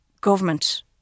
government